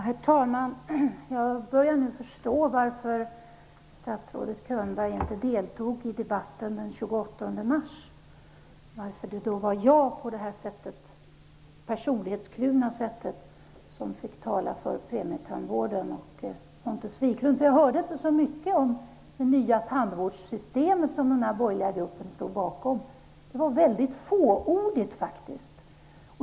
Herr talman! Jag börjar nu förstå varför statsrådet Könberg inte deltog i debatten den 28 mars och varför det var jag som på mitt personlighetskluvna sätt fick tala för premietandvården tillsammans med Pontus Wiklund. Jag hörde då inte så mycket om det nya tandvårdssystem som den borgerliga gruppen står bakom. Det var faktiskt väldigt fåordigt.